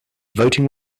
voting